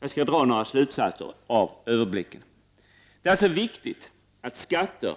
Jag skall dra några slutsatser av denna överblick över problemen. Det är viktigt att skatter